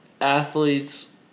athletes